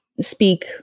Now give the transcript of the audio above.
speak